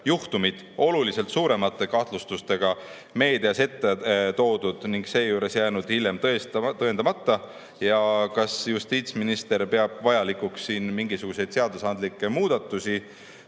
juhtumid oluliselt suuremate kahtlustustega meedia ette toodud ning seejuures jäänud hiljem tõestamata. Kas justiitsminister peab vajalikuks siin mingisuguseid seadusandlikke muudatusi?